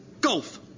Golf